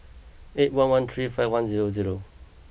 eight one one three five one zero zero